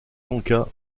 lanka